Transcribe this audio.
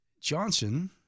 Johnson